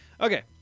Okay